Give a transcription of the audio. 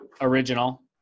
original